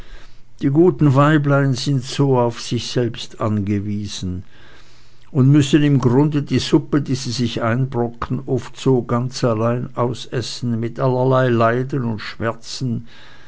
die guten weiblein sind so auf sich selbst angewiesen und müssen im grunde die suppe die sie sich einbrocken oft so ganz allein ausessen mit allerlei leiden und schmerzen